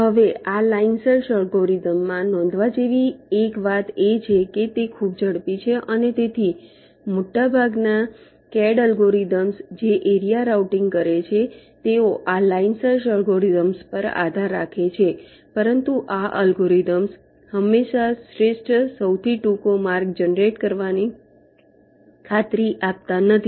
હવે આ line search અલ્ગોરિધમ્સમાં નોંધવા જેવી એક વાત એ છે કે તે ખૂબ જ ઝડપી છે અને તેથી મોટા ભાગના CAD અલ્ગોરિધમ્સ જે એરિયા રાઉટિંગ કરે છે તેઓ આ લાઇન સર્ચ અલ્ગોરિધમ્સ પર આધાર રાખે છે પરંતુ આ અલ્ગોરિધમ્સ હંમેશા શ્રેષ્ઠ સૌથી ટૂંકો માર્ગ જનરેટ કરવાની ખાતરી આપતા નથી